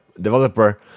developer